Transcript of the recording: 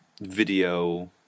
video